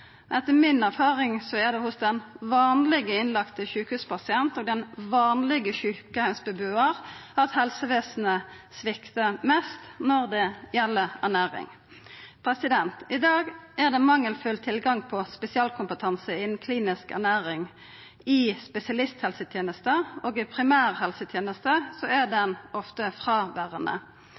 Etter mi erfaring er det hos den vanlege innlagde sjukehuspasient og den vanlige sjukeheimsbebuar at helsevesenet sviktar mest når det gjeld ernæring. Det er i dag mangelfull tilgang på spesialkompetanse innan klinisk ernæring i spesialisthelsetenesta, og i primærhelsetenesta er denne ofte fråverande.